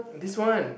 this one